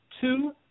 two